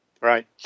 Right